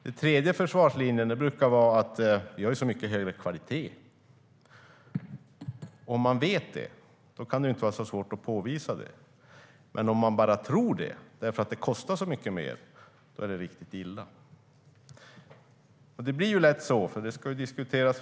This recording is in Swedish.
Den tredje försvarslinjen brukar vara att vi har mycket högre kvalitet. Om man vet detta kan det inte vara så svårt att påvisa, men om man bara tror detta för att det kostar mycket mer är det riktigt illa. Snart ska försvarsbudgeten diskuteras.